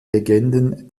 legenden